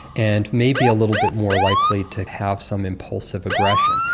and maybe a little bit more likely to have some impulsive aggression.